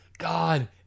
God